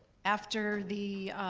after the